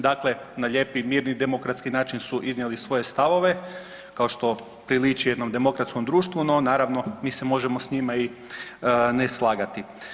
Dakle, na lijepi, mirni i demokratski način su iznijeli svoje stavove kao što priliči jednom demokratskom društvu, no naravno mi se možemo s njima i ne slagati.